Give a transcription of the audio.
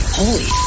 holy